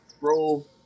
roll